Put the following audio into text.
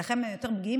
ולכן הם יותר פגיעים,